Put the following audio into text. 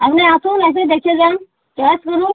আপনি আসুন এসে দেখে যান চয়েস করুন